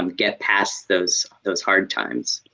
um get past those those hard times?